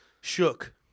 Shook